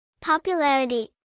Popularity